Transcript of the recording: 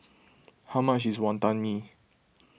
how much is Wonton Mee